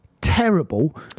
terrible